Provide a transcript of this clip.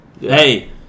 Hey